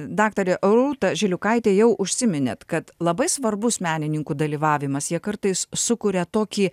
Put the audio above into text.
daktare rūta žiliukaite jau užsiminėt kad labai svarbus menininkų dalyvavimas jie kartais sukuria tokį